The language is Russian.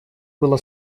была